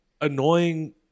annoying